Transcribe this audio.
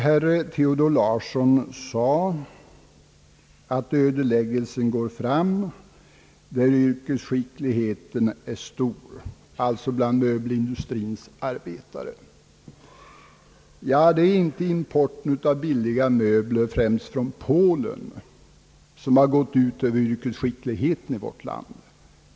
Herr Nils Theodor Larsson sade att ödeläggelsen går fram där yrkesskickligheten är stor, nämligen bland möbelindustrins arbetare. Det är inte importen av billiga möbler, främst från Polen, som har gått ut över yrkesskickligheten i vårt land.